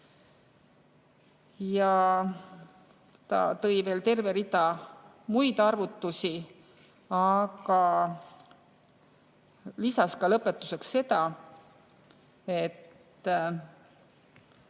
Ta tõi veel terve rea muid arvutusi, aga lisas lõpetuseks seda, et